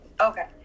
Okay